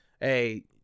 hey